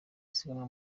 isiganwa